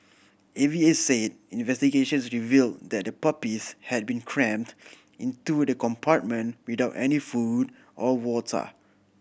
A V A said investigations revealed that the puppies had been crammed into the compartment without any food or water